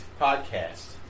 podcast